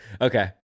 okay